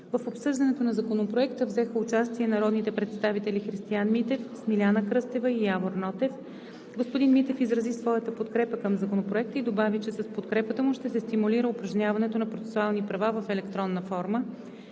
В обсъждането на Законопроекта взеха участие народните представители Христиан Митев, Смиляна Кръстева и Явор Нотев. Господин Митев изрази своята подкрепа към Законопроекта и добави, че с подкрепата му ще се стимулира упражняването на процесуални права в електронна форма.